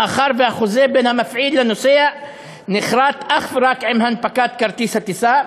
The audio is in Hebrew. מאחר שהחוזה בין המפעיל לנוסע נכרת אך ורק עם הנפקת כרטיס הטיסה,